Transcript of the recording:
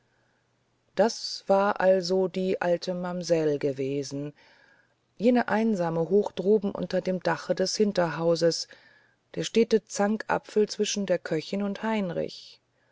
das war also die alte mamsell gewesen jene einsame hoch droben unter dem dache des hinterhauses der stete zankapfel zwischen der köchin und heinrich